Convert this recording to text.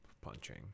punching